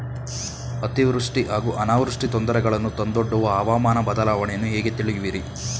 ಅತಿವೃಷ್ಟಿ ಹಾಗೂ ಅನಾವೃಷ್ಟಿ ತೊಂದರೆಗಳನ್ನು ತಂದೊಡ್ಡುವ ಹವಾಮಾನ ಬದಲಾವಣೆಯನ್ನು ಹೇಗೆ ತಿಳಿಯುವಿರಿ?